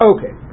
Okay